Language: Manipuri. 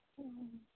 ꯎꯝ